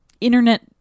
internet